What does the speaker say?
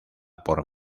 por